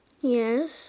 Yes